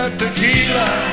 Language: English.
tequila